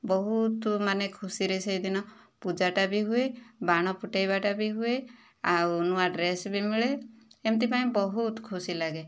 ବହୁତ ମାନେ ଖୁସିରେ ସେହି ଦିନ ପୂଜାଟା ବି ହୁଏ ବାଣ ଫୁଟାଇବାଟା ବି ହୁଏ ଆଉ ନୂଆ ଡ୍ରେସ ବି ମିଳେ ଏମିତି ପାଇଁ ବହୁତ ଖୁସି ଲାଗେ